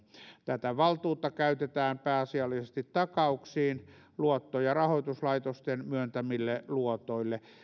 tätä valtuutta käytetään pääasiallisesti takauksiin luotto ja rahoituslaitosten myöntämille luotoille